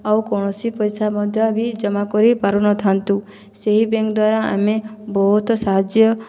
ଆଉ କୌଣସି ପଇସା ମଧ୍ୟବି ଜମା କରି ପାରିନଥାନ୍ତୁ ସେହି ବେଙ୍କ ଦ୍ୱାରା ଆମେ ବହୁତ ସାହାଯ୍ୟ